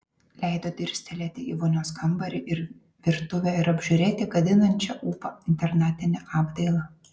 leido dirstelėti į vonios kambarį ir virtuvę ir apžiūrėti gadinančią ūpą internatinę apdailą